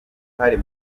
muri